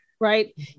right